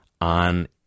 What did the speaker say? on